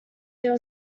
there